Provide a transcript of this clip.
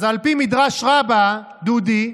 אז על פי מדרש רבה, דודי,